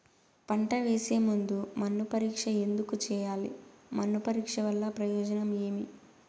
పంట వేసే ముందు మన్ను పరీక్ష ఎందుకు చేయాలి? మన్ను పరీక్ష వల్ల ప్రయోజనం ఏమి?